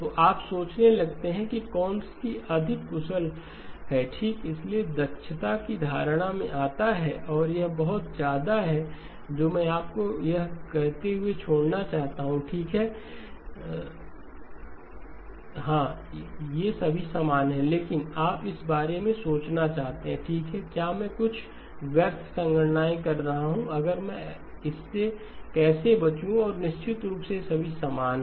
तो आप सोचने लगते हैं कि कौन सी अधिक कुशल है ठीक इसलिए दक्षता की धारणा में आता है और यह बहुत ज्यादा है जो मैं आपको यह कहते हुए छोड़ना चाहता था कि ठीक है हाँ ये सभी समान हैं लेकिन आप इस बारे में सोचना चाहते हैं ठीक है क्या मैं कुछ व्यर्थ संगणनाएँ कर रहा हूँ अगर मैं इससे कैसे बचूँ और निश्चित रूप से ये सभी समान हैं